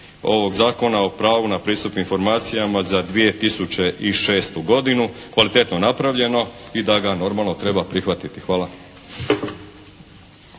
ovog Zakona o pravu na pristup informacijama za 2006. godinu kvalitetno napravljeno i da ga normalno treba prihvatiti. Hvala.